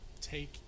take